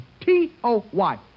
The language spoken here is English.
T-O-Y